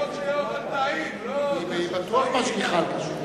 צריך שיהיה אוכל טעים, היא בטוח משגיחה על כשרות.